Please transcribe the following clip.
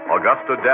Augusta